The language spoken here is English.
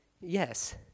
yes